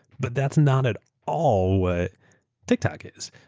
but that's not at all what tiktok is.